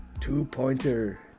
Two-pointer